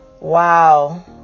Wow